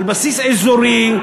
על בסיס אזורי,